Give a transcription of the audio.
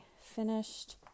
finished